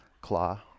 Claw